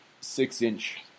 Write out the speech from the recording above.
six-inch